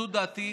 זו דעתי.